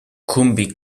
coombe